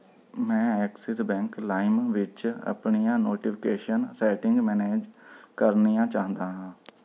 ਮੈਂ Axis bank lime ਵਿੱਚ ਆਪਣੀਆਂ ਨੋਟੀਫਿਕੇਸ਼ਨ ਸੈਟਿੰਗ ਮੈਨੇਜ ਕਰਨੀਆਂ ਚਾਹੁੰਦਾ ਹਾਂ